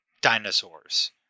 dinosaurs